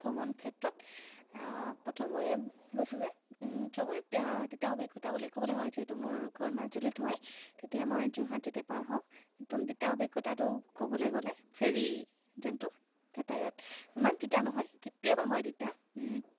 ভ্ৰমণ ক্ষেত্ৰত প্ৰথম মই গৈছোঁ যে চবৰে তিতা অভিজ্ঞতা বুলি ক'বলৈ হয় যিহেতু মোৰ ঘৰ মাজুলীত হয় তেতিয়া মই যোৰহাট যেতিয়া পাৰ হওঁ একদম তিতা অভিজ্ঞতাটো ক'বলৈ গ'লে ফেৰি যোনটো যাতায়ত ইমান তিতা নহয় কেতিয়াবা হয় তিতা